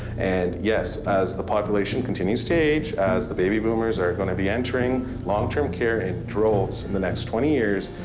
and yes, as the population continues to age, as the baby boomers are going to be entering long-term care in droves in the next twenty years,